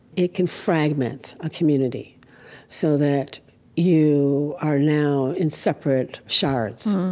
it can fragment a community so that you are now in separate shards.